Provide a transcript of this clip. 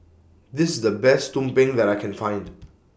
This IS The Best Tumpeng that I Can Find